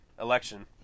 election